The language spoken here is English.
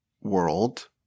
world